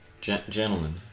Gentlemen